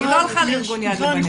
היא לא הלכה לארגון יד לבנים.